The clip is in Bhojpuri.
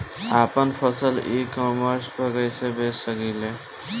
आपन फसल ई कॉमर्स पर कईसे बेच सकिले?